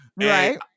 Right